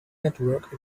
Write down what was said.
network